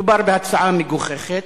מדובר בהצעה מגוחכת,